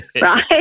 right